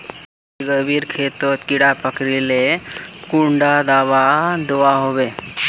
गोभी गोभिर खेतोत कीड़ा पकरिले कुंडा दाबा दुआहोबे?